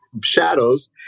shadows